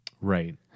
right